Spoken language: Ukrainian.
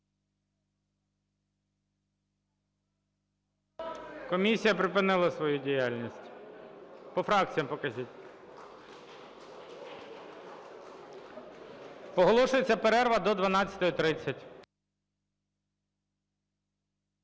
Комісія припинила свою діяльність. По фракціям покажіть. Оголошується перерва до 12:30.